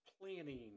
planning